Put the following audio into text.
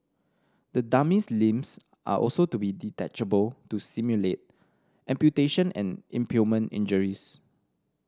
the dummy's limbs are also to be detachable to simulate amputation and impalement injuries